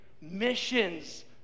missions